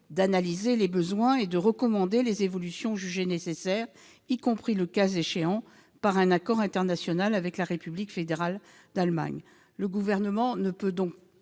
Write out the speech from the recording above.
d'analyser les besoins et de recommander les évolutions jugées nécessaires, y compris, le cas échéant, par un accord international avec la République fédérale d'Allemagne. Le Gouvernement ne peut donc